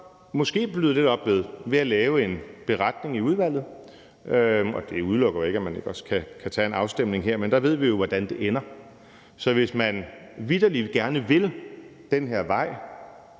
måske så bløde lidt op ved at lave en beretning i udvalget, og det udelukker jo ikke, at man ikke også kan tage en afstemning her, men der ved vi jo, hvordan det ender. Så hvis man vitterlig gerne vil den her vej,